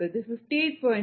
35 என்று அறிவோம்